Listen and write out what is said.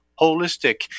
holistic